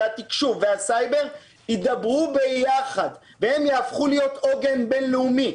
התקשוב והסייבר ידברו ביחד והם יהפכו להיות עוגן בין-לאומי.